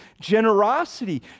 generosity